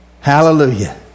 Hallelujah